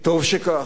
וטוב שכך,